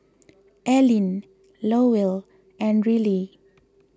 Alleen Lowell and Rillie